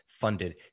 funded